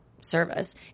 service